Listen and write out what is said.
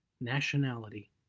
nationality